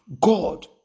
God